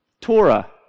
Torah